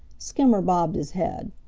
skimmer bobbed his head.